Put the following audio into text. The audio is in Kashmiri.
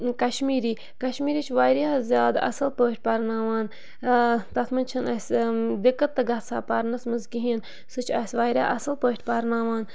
کَشمیٖری کَشمیٖری چھِ واریاہ زیادٕ اَصٕل پٲٹھۍ پَرناوان تَتھ منٛز چھِنہٕ اَسہِ دِکَت تہِ گَژھان پَرنَس منٛز کِہیٖنۍ سُہ چھُ اَسہِ واریاہ اَصٕل پٲٹھۍ پَرناوان